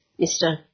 Mr